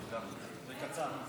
תודה רבה.